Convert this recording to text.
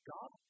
God